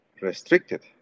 restricted